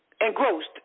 engrossed